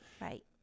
Right